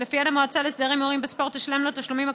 שלפיהן המועצה להסדר ההימורים בספורט תשלם לו תשלומים,